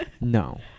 No